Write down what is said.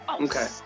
Okay